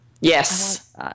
Yes